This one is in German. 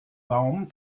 baum